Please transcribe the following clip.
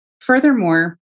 Furthermore